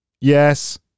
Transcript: Yes